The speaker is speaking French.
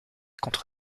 contre